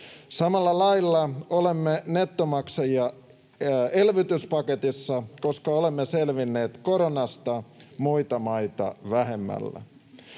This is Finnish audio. Samalla lailla olemme nettomaksajia elvytyspaketissa, koska olemme selvinneet koronasta muita maita vähemmällä.